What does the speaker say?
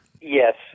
Yes